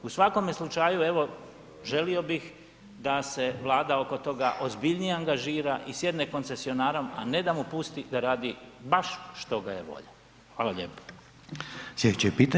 U svakome slučaju evo želio bih da se Vlada oko toga ozbiljnije angažira i sjedne s koncesionarom a ne da mu pusti da radi baš što ga je volja.